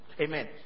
Amen